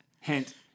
Hint